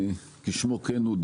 כשמו כן הוא,